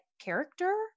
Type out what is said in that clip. character